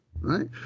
right